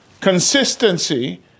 consistency